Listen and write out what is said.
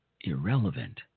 irrelevant